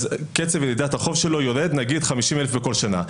אז קצב ירידת החוב שלו הוא למשל 50,000 בכל שנה,